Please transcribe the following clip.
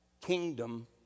kingdom